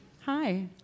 Hi